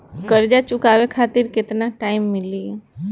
कर्जा चुकावे खातिर केतना टाइम मिली?